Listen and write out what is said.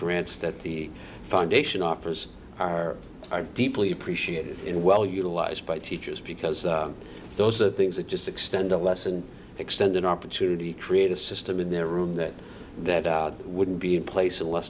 grants that the foundation offers are are deeply appreciated in well utilized by teachers because those are things that just extend a lesson and extend an opportunity to create a system in their room that that wouldn't be in place unless